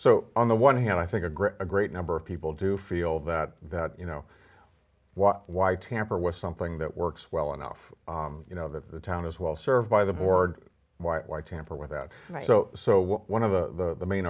so on the one hand i think a great a great number of people do feel that that you know what why tamper with something that works well enough you know that the town is well served by the board why why tamper with that so so one of the